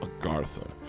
Agartha